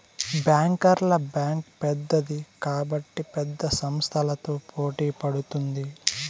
బ్యాంకర్ల బ్యాంక్ పెద్దది కాబట్టి పెద్ద సంస్థలతో పోటీ పడుతుంది